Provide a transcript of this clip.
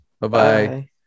Bye-bye